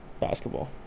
Basketball